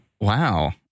wow